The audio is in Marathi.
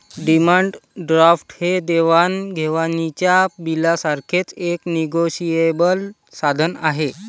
डिमांड ड्राफ्ट हे देवाण घेवाणीच्या बिलासारखेच एक निगोशिएबल साधन आहे